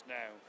now